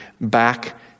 back